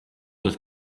that